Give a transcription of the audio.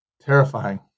Terrifying